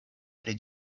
pri